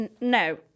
No